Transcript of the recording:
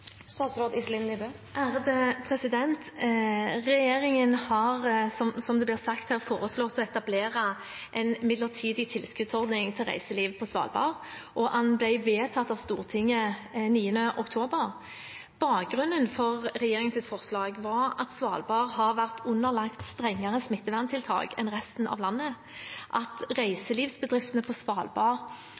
Regjeringen har, som det ble sagt her, foreslått å etablere en midlertidig tilskuddsordning til reiselivet på Svalbard. Den ble vedtatt av Stortinget 9. oktober. Bakgrunnen for regjeringens forslag var at Svalbard har vært underlagt strengere smitteverntiltak enn resten av landet, at reiselivsbedriftene på Svalbard